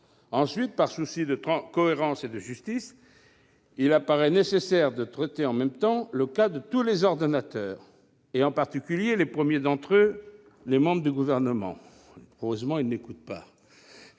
Ensuite, par souci de cohérence et de justice, il paraît nécessaire de traiter en même temps le cas de tous les ordonnateurs, et en particulier des premiers d'entre eux, à savoir les membres du Gouvernement. Comment imaginer en